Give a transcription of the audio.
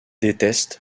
déteste